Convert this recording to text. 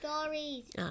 stories